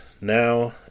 now